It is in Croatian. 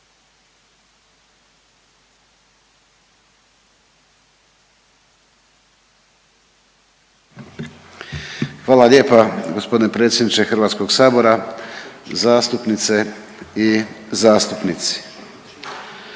Hvala lijepa g. predsjedniče HS-a, zastupnice i zastupnici.